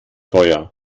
feuer